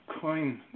coin